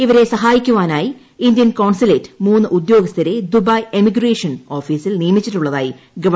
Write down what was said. ഇവരെ സഹായിക്കുവാനായി Indian consulate മൂന്ന് ഉദ്യോഗസ്ഥരെ ദുബായ് ഇമിഗ്രേഷൻ ഓഫീസിൽ നിയമിച്ചിട്ടുള്ളതായി ഗവൺമെന്റ് അറിയിച്ചു